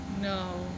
No